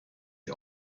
die